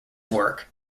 work